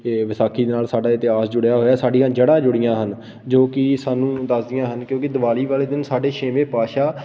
ਵਿਸਾਖੀ ਦੇ ਨਾਲ ਸਾਡਾ ਇਤਿਹਾਸ ਜੁੜਿਆ ਹੋਇਆ ਸਾਡੀਆਂ ਜੜ੍ਹਾਂ ਜੁੜੀਆਂ ਹਨ ਜੋ ਕਿ ਸਾਨੂੰ ਦੱਸਦੀਆਂ ਹਨ ਕਿਉਂਕਿ ਦਿਵਾਲੀ ਵਾਲੇ ਦਿਨ ਸਾਡੇ ਛੇਵੇਂ ਪਾਤਸ਼ਾਹ